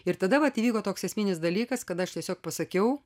ir tada vat įvyko toks esminis dalykas kad aš tiesiog pasakiau